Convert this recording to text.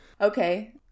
Okay